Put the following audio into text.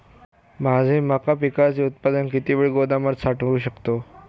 माझे मका पिकाचे उत्पादन किती वेळ गोदामात साठवू शकतो?